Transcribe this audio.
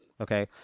okay